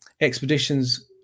expeditions